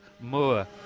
Moore